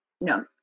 No